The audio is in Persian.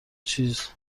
چیز